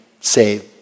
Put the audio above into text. save